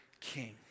king